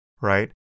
right